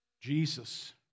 Jesus